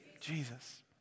Jesus